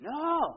No